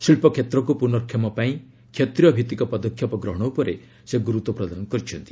ଶିଳ୍ପ କ୍ଷେତ୍ରକୁ ପୁର୍ନକ୍ଷମ ପାଇଁ କ୍ଷେତ୍ରୀୟ ଭିଭିକ ପଦକ୍ଷେପ ଗ୍ରହଣ ଉପରେ ସେ ଗୁରୁତ୍ୱ ପ୍ରଦାନ କରିଛନ୍ତି